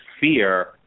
fear